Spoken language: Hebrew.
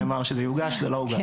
למרות שנאמר שזה יוגש, זה לא הוגש.